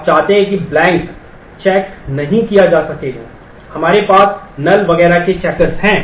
आप चाहते हैं कि ब्लैंक चेक नहीं किया जा सके हमारे पास नल वगैरह के चेकर्स हैं